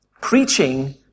preaching